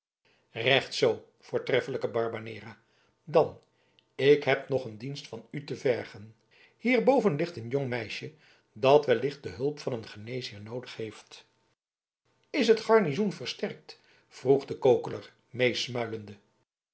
recht zoo voortreffelijke barbanera dan ik heb nog een dienst van u te vergen hierboven ligt een jong meisje dat wellicht de hulp van een geneesheer noodig heeft is het garnizoen versterkt vroeg de kokeler meesmuilende